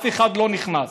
אף אחד לא נכנס.